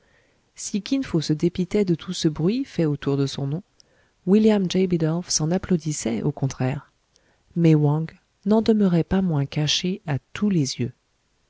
si kin fo se dépitait de tout ce bruit fait autour de son nom william j bidulph s'en applaudissait au contraire mais wang n'en demeurait pas moins caché à tous les yeux